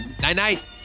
Night-night